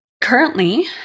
currently